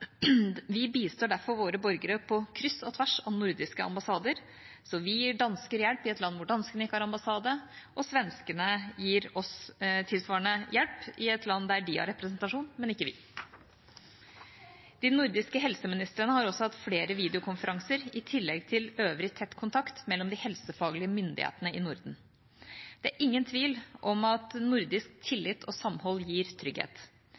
Vi bistår derfor våre borgere på kryss og tvers av nordiske ambassader. Vi gir dansker hjelp i et land hvor danskene ikke har ambassade, og svenskene gir oss tilsvarende hjelp i et land der de har representasjon, men ikke vi. De nordiske helseministrene har også hatt flere videokonferanser, i tillegg til øvrig tett kontakt mellom de helsefaglige myndighetene i Norden. Det er ingen tvil om at nordisk tillit og samhold gir trygghet.